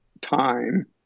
time